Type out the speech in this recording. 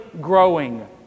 growing